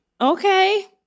Okay